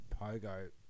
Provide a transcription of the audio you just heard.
pogo